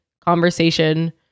conversation